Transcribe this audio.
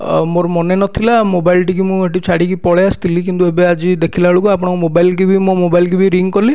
ଆଉ ମୋର ମନେ ନଥିଲା ମୋବାଇଲ୍ଟିକି ମୁଁ ସେଇଠି ଛାଡ଼ିକି ପଳେଇ ଆସିଥିଲି କିନ୍ତୁ ଏବେ ଆଜି ଦେଖିଲା ବେଳକୁ ଆପଣଙ୍କ ମୋବାଇଲ୍କି ମୋ ମୋବାଇଲ୍କି ବି ରିଙ୍ଗ୍ କଲି